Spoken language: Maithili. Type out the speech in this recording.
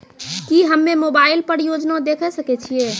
की हम्मे मोबाइल पर योजना देखय सकय छियै?